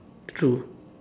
true